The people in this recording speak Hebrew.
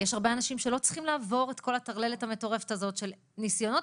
יש הרבה אנשים שלא צריכים לעבור את כל הטרללת המטורפת הזאת של ניסיונות